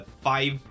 five